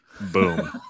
Boom